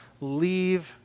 leave